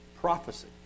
prophecy